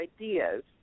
ideas